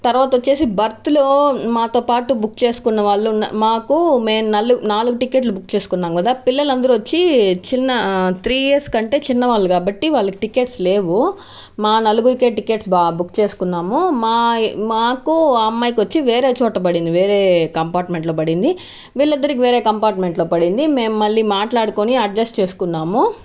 తర్వాత వచ్చేసి బెర్త్ లో మాతో పాటు బుక్ చేసుకున్న వాళ్ళు మాకు మేము నాలు నాలుగు టికెట్లు బుక్ చేసుకున్నాం కదా పిల్లలు అందరూ వచ్చి త్రీ ఇయర్స్ కంటే చిన్నవాళ్లు కాబట్టి వాళ్లకి టికెట్స్ లేవు మా నలుగురికి టికెట్స్ బుక్ చేసుకున్నాము మా మాకు మా అమ్మాయికి వచ్చి వేరే చోట పడింది వేరే కంపార్ట్మెంట్ లో పడింది వీళ్ళిద్దరికీ వేరే కంపార్ట్మెంట్ లో పడింది మేము మళ్ళీ మాట్లాడుకొని అడ్జస్ట్ చేసుకున్నాము